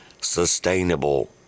sustainable